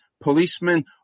policemen